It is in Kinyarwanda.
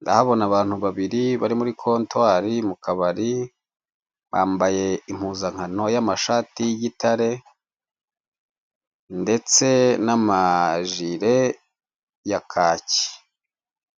Ndahabona abantu babiri bari muri kontwari iri mu kabari, bambaye impuzankano y'amashati y'igitare ndetse n'amajire ya kaki.